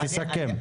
תסכם.